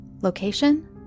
Location